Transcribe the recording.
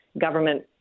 government